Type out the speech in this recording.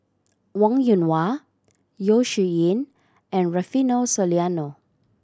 Wong Yoon Wah Yeo Shih Yun and Rufino Soliano